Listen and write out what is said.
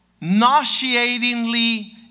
nauseatingly